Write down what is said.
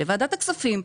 לוועדת הכספים,